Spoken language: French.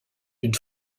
une